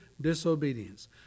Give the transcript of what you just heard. disobedience